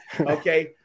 okay